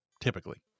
typically